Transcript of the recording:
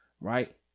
Right